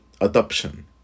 adoption